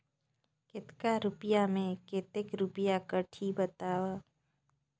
कतेक रुपिया मे कतेक रुपिया कटही बताव?